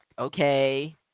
okay